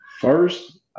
first